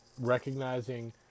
recognizing